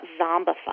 zombified